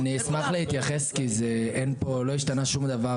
אני אשמח להתייחס כי לא השתנה שום דבר